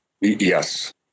Yes